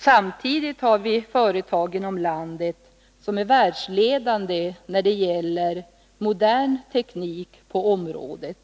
Samtidigt har vi företag inom landet som är världsledande när det gäller modern teknik på området.